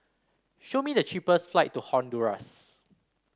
show me the cheapest flight to Honduras